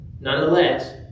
nonetheless